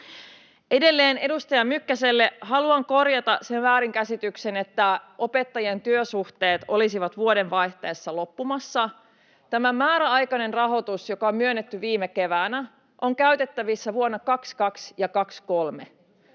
Edelleen, edustaja Mykkäselle: Haluan korjata sen väärinkäsityksen, että opettajien työsuhteet olisivat vuodenvaihteessa loppumassa. Tämä määräaikainen rahoitus, joka on myönnetty viime keväänä, on käytettävissä vuosina 22 ja 23.